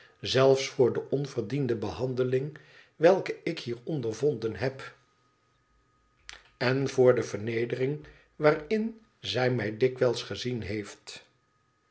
zelfs voor de onverdiende behandeling welke ik hier ondervonden heb waarin zij mij dikwijls gezien heeft